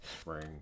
spring